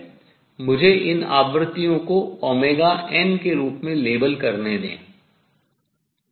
मुझे इन आवृत्तियों को n के रूप में लेबल करने दें